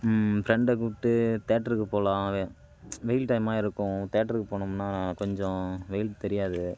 ஃபரெண்டை கூப்பிட்டு தேட்ருக்கு போகலாம் வெ வெயில் டைமாக இருக்கும் தேட்ருக்கு போனோம்னா கொஞ்சம் வெயில் தெரியாது